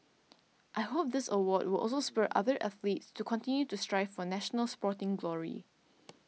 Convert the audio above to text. I hope this award will also spur other athletes to continue to strive for national sporting glory